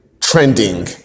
trending